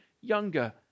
younger